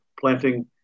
planting